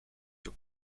your